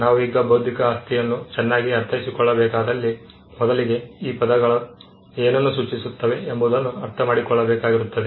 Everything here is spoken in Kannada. ನಾವು ಈಗ ಬೌದ್ಧಿಕ ಆಸ್ತಿಯನ್ನು ಚೆನ್ನಾಗಿ ಅರ್ಥೈಸಿಕೊಳ್ಳಬೇಕಾದಲ್ಲಿ ಮೊದಲಿಗೆ ಈ ಪದಗಳು ಏನನ್ನು ಸೂಚಿಸುತ್ತವೆ ಎಂಬುದನ್ನು ಅರ್ಥಮಾಡಿಕೊಳ್ಳಬೇಕಾಗಿರುತ್ತದೆ